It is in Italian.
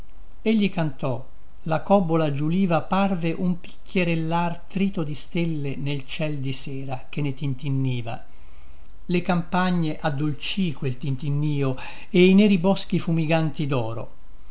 brolo egli cantò la cobbola giuliva parve un picchierellar trito di stelle nel ciel di sera che ne tintinniva le campagne addolcì quel tintinnio e i neri boschi fumiganti doro